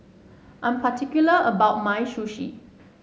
I am particular about my Sushi